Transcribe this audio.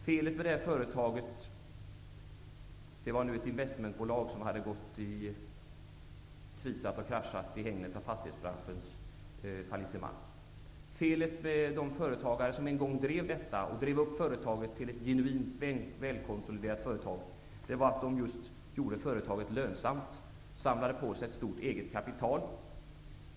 Felet med detta företag -- ett investmentbolag som hade krisat och kraschat i hägnet av fastighetsbranschens fallissemang -- och de företagare som en gång drev det och gjorde det till ett genuint välkonsoliderat företag, var att de gjorde företaget lönsamt och samlade på sig ett stort eget kapital.